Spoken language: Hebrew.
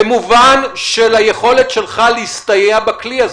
במובן של היכולת שלך להסתייע בכלי הזה.